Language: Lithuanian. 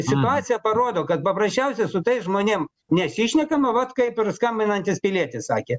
situacija parodo kad paprasčiausia su tais žmonėms nesišnekama vat kaip ir skambinantis pilietis sakė